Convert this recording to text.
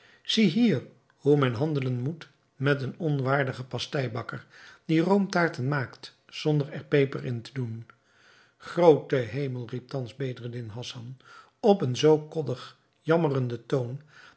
hier hoe men handelen moet met een onwaardigen pasteibakker die roomtaarten maakt zonder er peper in te doen groote hemel riep thans bedreddin hassan op een zoo koddig jammerenden toon